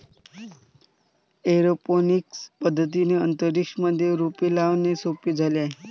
aeroponics पद्धतीने अंतरिक्ष मध्ये रोपे लावणे सोपे झाले आहे